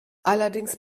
allerdings